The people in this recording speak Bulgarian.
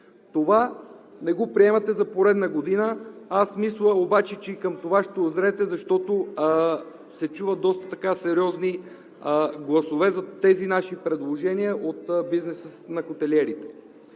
Това не го приемате за поредна година. Аз мисля обаче, че и към това ще узреете, защото се чуват доста сериозни гласове за тези наши предложения от бизнеса на хотелиерите.